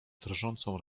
drżącą